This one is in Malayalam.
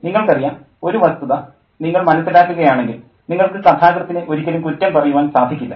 നിങ്ങൾക്കറിയാം ഒരു വസ്തുത നിങ്ങൾ മനസ്സിലാക്കുക ആണെങ്കിൽ നിങ്ങൾക്ക് കഥാകൃത്തിനെ ഒരിക്കലും കുറ്റം പറയുവാൻ സാധിക്കില്ല